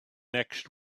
next